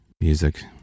music